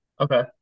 Okay